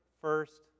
first